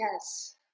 yes